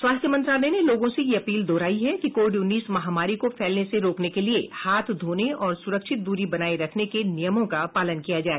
स्वास्थ्य मंत्रालय ने लोगों से यह अपील दोहराई है कि कोविड उन्नीस महामारी को फैलने से रोकने के लिए हाथ धोने और सुरक्षित दूरी बनाए रखने के नियमों का पालन किया जाए